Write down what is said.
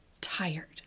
tired